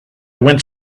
went